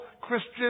Christian